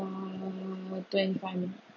uh twenty